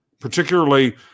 Particularly